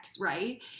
right